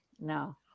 No